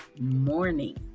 morning